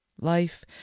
life